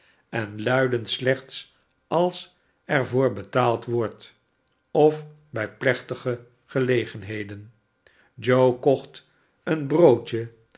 en luiden slechts als er voor betaald wordt of bij plechtige gelegenheden joe kocht een broodje